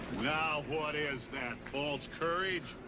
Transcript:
now, what is that? false courage?